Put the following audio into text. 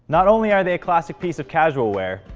not only are they a classic piece of casual wear,